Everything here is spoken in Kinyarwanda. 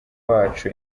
wacu